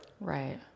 Right